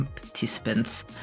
participants